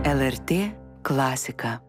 lrt klasika